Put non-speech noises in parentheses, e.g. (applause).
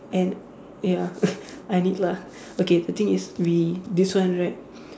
and ya (laughs) I need lah okay the thing is we this one right